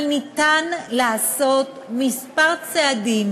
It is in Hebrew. אבל ניתן לעשות מספר צעדים,